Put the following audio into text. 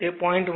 તેથી તે 0